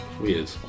Weird